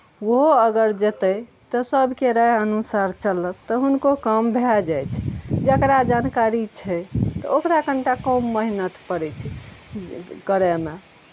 ओहो अगर जेतै तऽ सभके राय अनुसार चलत तऽ हुनको काम भए जाइ छै जकरा जानकारी छै तऽ ओकरा कनि टा कम मेहनत पड़ै छै करयमे